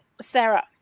Sarah